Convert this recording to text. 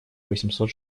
восемьсот